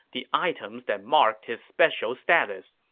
the items that marked his special status.